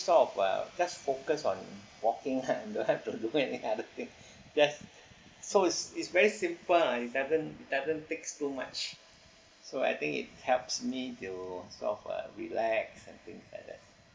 sort of uh just focus on walking and don't have to do any other thing yes so it's is very simple lah it doesn't doesn't takes too much so I think it helps me to sort of uh relax and things like that